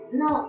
no